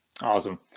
Awesome